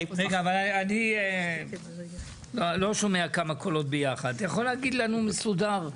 אתה יכול להגיד לנו באופן מסודר?